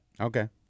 Okay